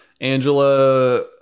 Angela